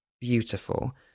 beautiful